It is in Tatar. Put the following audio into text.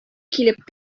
килеп